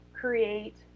create